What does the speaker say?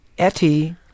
Etty